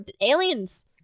aliens